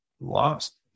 lost